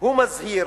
הוא מזהיר: